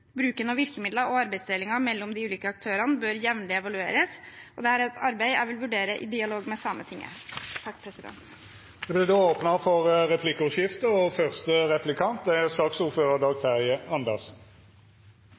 Bruken av virkemidler og arbeidsdelingen mellom de ulike aktørene bør evalueres jevnlig, og dette er et arbeid jeg vil vurdere i dialog med